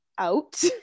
out